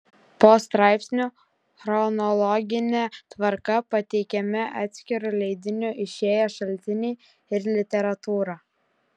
po straipsniu chronologine tvarka pateikiami atskiru leidiniu išėję šaltiniai ir literatūra